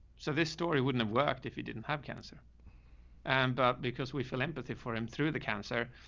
so this story wouldn't have worked if he didn't have cancer and, but because we feel empathy for him through the cancer, ah,